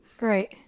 Right